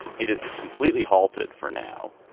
it is completely halted for now.